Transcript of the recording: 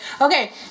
okay